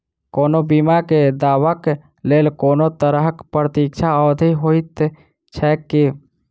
कोनो बीमा केँ दावाक लेल कोनों तरहक प्रतीक्षा अवधि होइत छैक की?